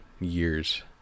years